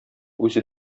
үзе